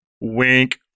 Wink